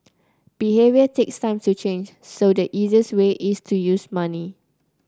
behaviour takes time to change so the easiest way is to use money